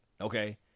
Okay